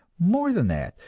more than that,